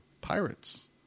pirates